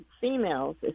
females